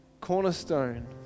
Cornerstone